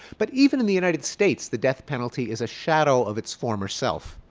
but even in the united states, the death penalty is a shadow of its former self.